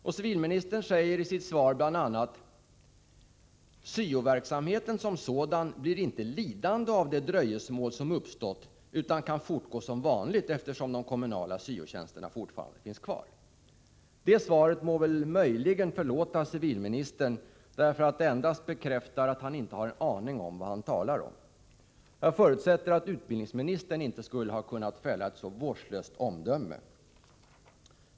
Civilministern säger i sitt svar bl.a.: ”Syo-verksamheten som sådan blir inte lidande av det dröjsmål som uppstått utan kan fortgå som vanligt, eftersom de kommunala syo-konsulenttjänsterna fortfarande finns kvar.” Det svaret må möjligen förlåtas civilministern därför att det endast bekräftar att han inte har en aning om vad han talar om. Jag förutsätter att utbildningsministern inte skulle ha kunnat fälla ett så vårdslöst omdöme.